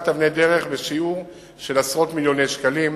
אבני דרך בשיעור של עשרות מיליוני שקלים,